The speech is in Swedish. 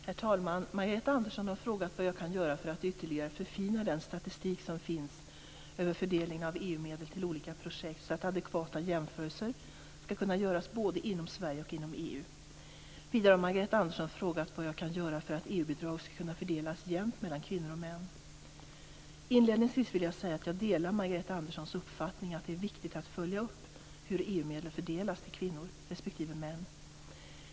Herr talman! Margareta Andersson har frågat vad jag kan göra för att ytterligare förfina den statistik som finns över fördelningen av EU-medel till olika projekt så att adekvata jämförelser skall kunna göras både inom Sverige och inom EU. Vidare har Margareta Andersson frågat vad jag kan göra för att EU bidrag skall kunna fördelas jämnt mellan kvinnor och män. Inledningsvis vill jag säga att jag delar Margareta Anderssons uppfattning, att det är viktigt att följa upp hur EU-medlen fördelas till kvinnor respektive män.